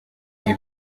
ibi